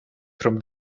from